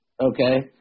okay